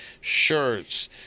shirts